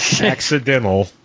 accidental